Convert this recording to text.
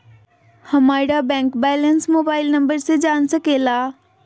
हमारा bank balance mobile number से जान सके ला?